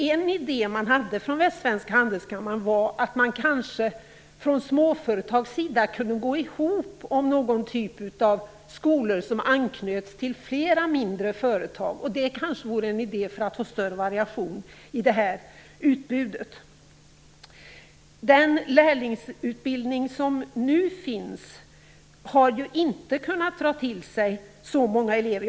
En idé man hade på Västsvenska Handelskammaren var att man kanske från småföretags sida kunde gå ihop om något typ av skola som anknyter till flera mindre företag. Det kanske vore en idé för att få större variation i utbudet. Den lärlingsutbildning som nu finns har inte kunnat dra till sig så många elever.